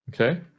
Okay